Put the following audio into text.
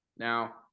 Now